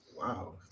Wow